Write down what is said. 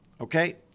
okay